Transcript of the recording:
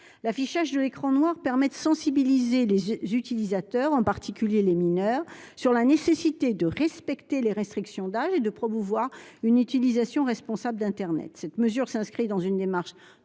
L’affichage d’un écran noir permet en outre de sensibiliser les utilisateurs, en particulier les mineurs, sur la nécessité de respecter les restrictions d’âge et promeut une utilisation responsable d’internet. Cette mesure s’inscrit dans une démarche